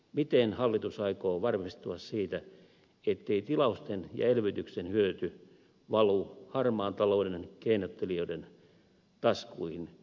miten hallitus aikoo varmistua siitä ettei tilausten ja elvytyksen hyöty valu harmaan talouden keinottelijoiden taskuihin